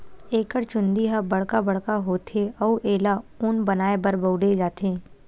एकर चूंदी ह बड़का बड़का होथे अउ एला ऊन बनाए बर बउरे जाथे